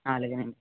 అలాగేనండి